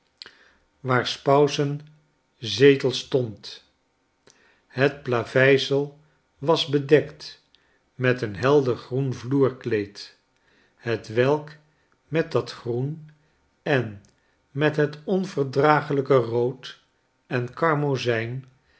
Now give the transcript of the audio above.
waar spausen zetel stond het plaveisel was bedekt met een helder groen vloerkleed hetwelk met dat groen en met het onverdraaglijke rood en karmozijn